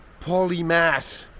Polymath